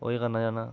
उ'यै करना चाहन्नां